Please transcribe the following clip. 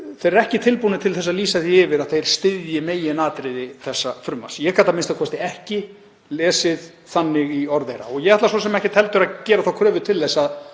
þeir eru ekki tilbúnir til að lýsa því yfir að þeir styðji meginatriði þessa frumvarps. Ég gat a.m.k. ekki lesið þannig í orð þeirra og ég ætla svo sem ekkert heldur að gera þá kröfu til þess að